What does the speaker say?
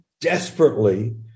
desperately